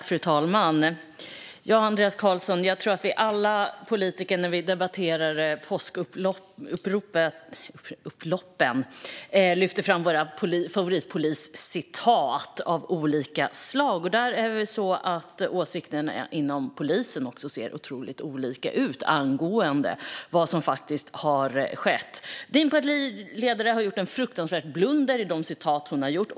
Fru talman! Jag tror att alla vi politiker när vi debatterar påskupploppen lyfter fram våra favoritpoliscitat av olika slag. Där är det så att åsikterna även inom polisen ser otroligt olika ut angående vad som faktiskt har skett. Andreas Carlsons partiledare har gjort en fruktansvärd blunder i de uttalanden hon har gjort.